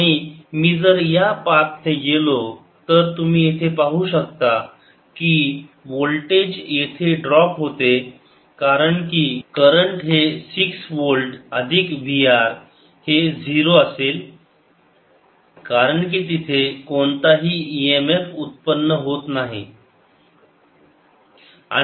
आणि मी जर या पाथ ने गेलो तर तुम्ही येथे पाहू शकता की वोल्टेज येथे ड्रॉप होते कारण की करंट हे 6 व्होल्ट अधिक V r हे 0 असेल कारण की तिथे कोणताही इ एम एफ उत्पन्न होत नाही